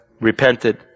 repented